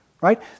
right